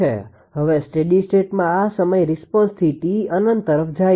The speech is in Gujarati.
હવે સ્ટેડી સ્ટેટમાં આ સમય રિસ્પોન્સથી t અનંત તરફ જાય છે